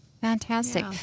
fantastic